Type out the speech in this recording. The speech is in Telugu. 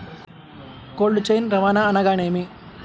కోల్డ్ చైన్ రవాణా అనగా నేమి?